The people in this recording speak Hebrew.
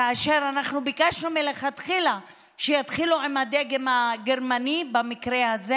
כאשר ביקשנו מלכתחילה שיתחילו עם הדגם הגרמני במקרה הזה?